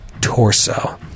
torso